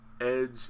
Edge